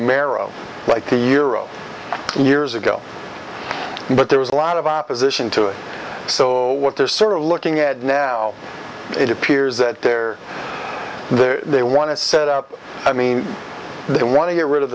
marrow like a euro years ago but there was a lot of opposition to it so what they're sort of looking at now it appears that they're there they want to set up i mean they want to get rid of